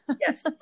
Yes